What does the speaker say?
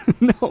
No